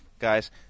guys